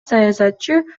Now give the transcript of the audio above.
саясатчы